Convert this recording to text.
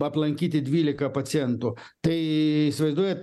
aplankyti dvylika pacientų tai įsivaizduojat